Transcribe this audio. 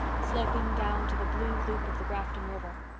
sloping down to the blue loop of the grafton river.